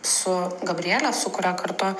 su gabriele su kuria kartu